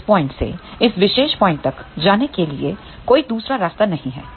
इस पॉइंट से इस विशेष पॉइंट तक जाने के लिए कोई दूसरा रास्ता नहीं है